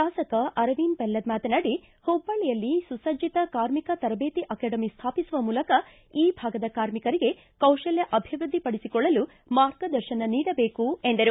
ಶಾಸಕ ಅರವಿಂದ ಬೆಲ್ಲದ ಮಾತನಾಡಿ ಹುಬ್ಬಳ್ಳಿಯಲ್ಲಿ ಸುಸಜ್ಜತ ಕಾರ್ಮಿಕ ತರಬೇತಿ ಅಕಾಡೆಮಿ ಸ್ಥಾಪಿಸುವ ಮೂಲಕ ಈ ಭಾಗದ ಕಾರ್ಮಿಕರಿಗೆ ಕೌಶಲ್ಯ ಅಭಿವೃದ್ಧಿ ಪಡಿಸಿಕೊಳ್ಳಲು ಮಾರ್ಗದರ್ಶನ ನೀಡಬೇಕು ಎಂದರು